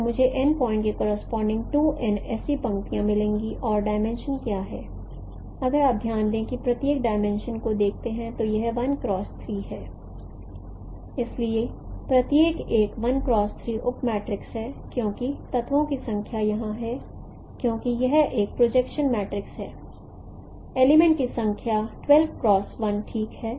तो मुझे n point के करोस्पोंडिंग 2n ऐसी पंक्तियाँ मिलेंगी और डाईमेंशन क्या है अगर आप ध्यान दें और प्रत्येक डाईमेंशन को देखे तो यह एक है इसलिए प्रत्येक एक उप मैट्रिक्स है क्योंकि तत्वों की संख्या यहाँ है क्योंकि यह एक प्रोजेक्शन मैट्रिक्स है एलिमेंट की संख्या ठीक है